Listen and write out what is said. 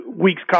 week's